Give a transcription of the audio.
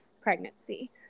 pregnancy